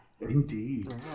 Indeed